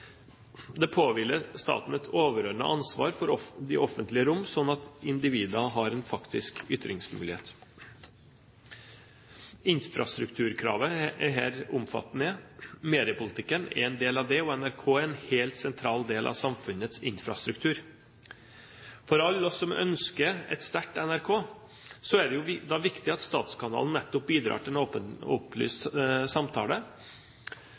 Det påhviler staten et overordnet ansvar for de offentlige rom, slik at individene har en faktisk ytringsmulighet. Infrastrukturkravet er her omfattende. Mediepolitikken er en del av det, og NRK er en helt sentral del av samfunnets infrastruktur. For alle oss som ønsker et sterkt NRK, er det viktig at statskanalen nettopp bidrar til en åpen og opplyst samtale,